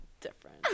different